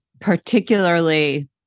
particularly